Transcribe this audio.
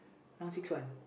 one six one